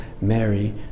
Mary